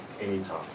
anytime